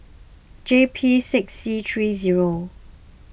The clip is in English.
J P six C three zero